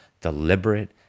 deliberate